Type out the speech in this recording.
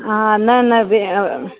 हा न न भेण